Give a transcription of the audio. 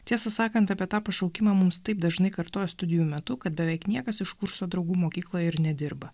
tiesą sakant apie tą pašaukimą mums taip dažnai kartojo studijų metu kad beveik niekas iš kurso draugų mokykloje ir nedirba